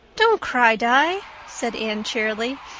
don't cry, di, said anne cheerily.